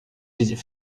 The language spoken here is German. die